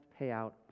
payout